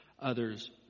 others